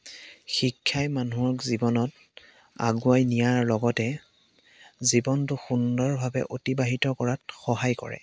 শিক্ষাই মানুহক জীৱনত আগুৱাই নিয়াৰ লগতে জীৱনটো সুন্দৰভাৱে অতিবাহিত কৰাত সহায় কৰে